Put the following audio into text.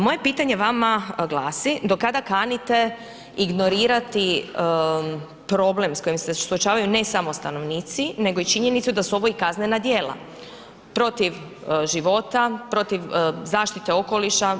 Moje pitanje vama glasi, do kada kanite ignorirati problem s kojim se suočavaju ne samo stanovnici nego i činjenicu da su ovo i kaznena djela protiv života, protiv zaštite okoliša.